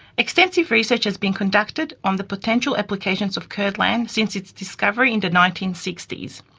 extensive research has been conducted on the potential applications of curdlan since its discovery in the nineteen sixty s.